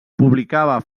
publicava